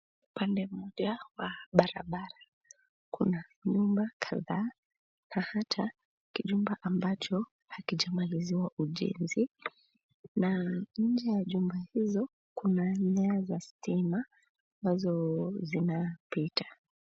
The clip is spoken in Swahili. Upande mmoja wa barabara kuna nyumba kadhaa na hata kijumba ambacho hakijamaliziwa ujenzi. Na nje ya jumba hizo kuna nyaya za stima ambazo zinapita.